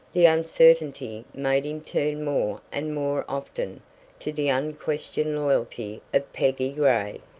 the uncertainty made him turn more and more often to the unquestioned loyalty of peggy gray,